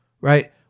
right